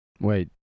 Wait